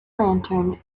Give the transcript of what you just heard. lantern